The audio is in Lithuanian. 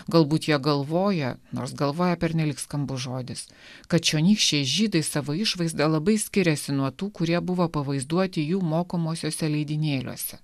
galbūt jie galvoja nors galvoje pernelyg skambus žodis kad čionykščiai žydai savo išvaizda labai skiriasi nuo tų kurie buvo pavaizduoti jų mokomosiose leidinėliuose